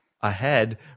ahead